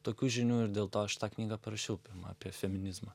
tokių žinių ir dėl to aš tą knygą parašiau pirmą apie feminizmą